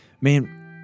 man